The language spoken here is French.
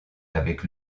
avec